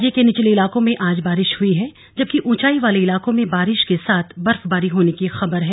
राज्य के निचले इलाकों में आज बारिश हई है जबकि ऊंचाई वाले इलाकों में बारिश के साथ बर्फबारी होने की खबर है